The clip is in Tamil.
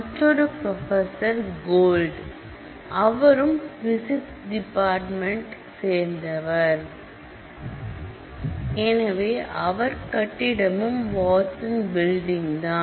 மற்றொரு ப்ரொபசர் கோல்ட் அவரும் பிசிக்ஸ் டிபார்ட்மெண்ட் சேர்ந்தவர் எனவே அவர் கட்டிடமும் வாட்சன் பில்டிங் தான்